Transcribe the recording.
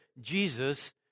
Jesus